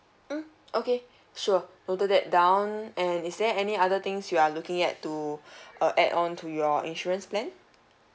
mm okay sure noted that down and is there any other things you are looking at to uh add on to your insurance plan